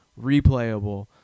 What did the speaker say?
replayable